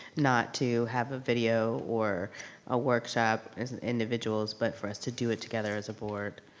not to have a video or a workshop as and individuals but for us to do it together as a board.